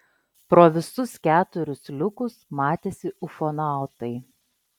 pro visus keturis liukus matėsi ufonautai